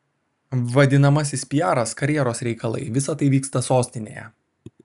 vadinamasis piaras karjeros reikalai visa tai vyksta sostinėje